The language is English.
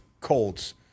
Colts